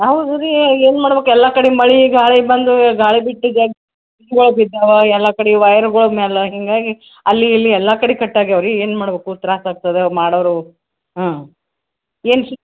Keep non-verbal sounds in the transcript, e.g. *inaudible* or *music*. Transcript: ಹೌದು ರೀ ಏನು ಮಾಡ್ಬೇಕ್ ಎಲ್ಲ ಕಡೆ ಮಳೆ ಗಾಳಿ ಬಂದು ಗಾಳಿ ಬಿಟ್ಟಿದೆ *unintelligible* ಬಿದ್ದಾವೆ ಎಲ್ಲ ಕಡೆ ವೈರ್ಗಳ್ ಮ್ಯಾಲೆ ಹೀಗಾಗಿ ಅಲ್ಲಿ ಇಲ್ಲಿ ಎಲ್ಲ ಕಡೆ ಕಟ್ ಆಗ್ಯಾವೆ ರೀ ಏನು ಮಾಡ್ಬೇಕು ತ್ರಾಸ ಆಗ್ತದೆ ಮಾಡೋರು ಹಾಂ ಎನ್ ಸಿ